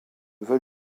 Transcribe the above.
vol